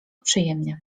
przyjemnie